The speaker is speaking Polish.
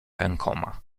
rękoma